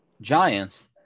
Giants